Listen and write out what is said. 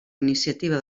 iniciativa